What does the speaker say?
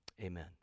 amen